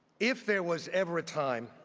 if there was ever a time